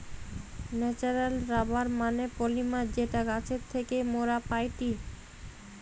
natural rubber মানে polymer যেটা গাছের থেকে মোরা পাইটি